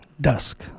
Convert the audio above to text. Dusk